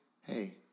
Hey